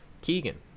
Keegan